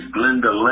Glenda